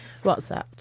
WhatsApp